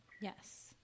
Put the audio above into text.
Yes